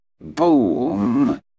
BOOM